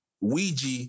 Ouija